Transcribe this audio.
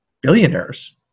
billionaires